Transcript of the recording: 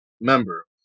member